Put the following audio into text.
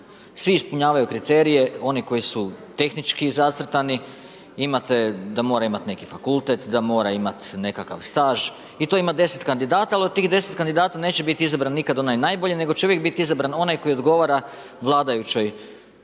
svi ispunjavaju kriterije, one koji su tehnički zacrtani , imate da moraju imati neki fakultet, da mora imati nekakav staž i tu je ima 10 kandidata, ali od tih 10 kandidata neće biti izabran nikad onaj najbolji nego će uvijek biti izabran onaj koji odgovara vladajućoj, onom tko